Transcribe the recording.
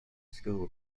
school